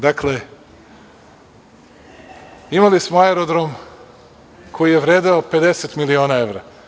Dakle, imali smo aerodrom koji je vredeo 50 miliona evra.